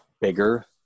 bigger